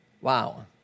Wow